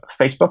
facebook